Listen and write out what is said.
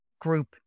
group